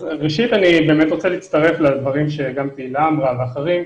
אני באמת רוצה להצטרף לדברים שגם תהילה אמרה ואחרים.